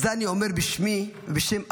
את זה אני אומר בשמי ובשם אבי,